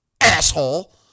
Asshole